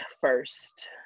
first